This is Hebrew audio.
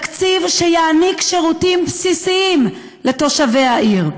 שיעניק שירותים בסיסיים לתושבי העיר?